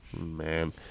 Man